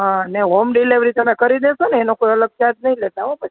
ને હોમ ડિલિવરીને કરી દેશોને એનો અલગ ચાર્જ નહીં લેતા પછી